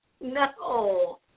no